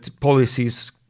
policies